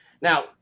Now